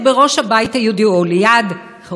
או ליד ראש הבית היהודי,